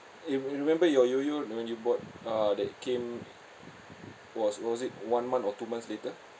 if you remember your yoyo when you bought uh that came was was it one month or two months later